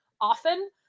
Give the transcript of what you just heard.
often